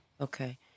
Okay